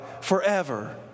forever